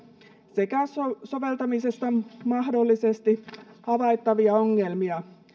sekä soveltamisessa mahdollisesti havaittavia ongelmia